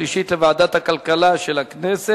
לוועדת הכלכלה נתקבלה.